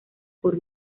por